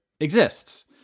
exists